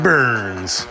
Burns